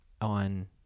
on